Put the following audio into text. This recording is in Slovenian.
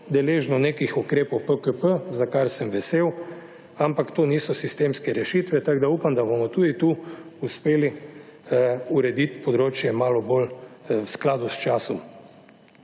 deležno nekih ukrepov PKP, za kar sem vesel, ampak to niso sistemske rešitve, tako da upam, da bomo tudi tu uspeli urediti področje malo bolj v skladu s časom.